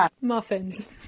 muffins